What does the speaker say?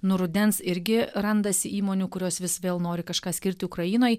nuo rudens irgi randasi įmonių kurios vis vėl nori kažką skirti ukrainai